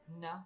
No